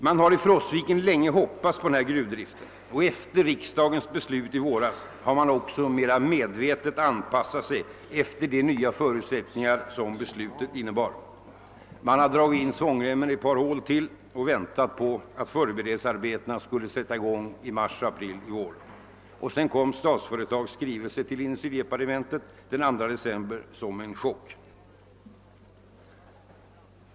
Man har i Frostviken länge hoppats på den här gruvdriften och efter riksdagens beslut i våras har man också mera medvetet anpassat sig efter de nya förutsättningar som beslutet innebar. Man har dragit åt svångremmen ytterligare ett par hål och väntat på att föreberedelsearbetena skulle sätta i gång i mars—april i år. Sedan kom Statsföretags skrivelse till industridepartementet den 2 december som en chock.